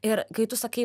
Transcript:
ir kai tu sakai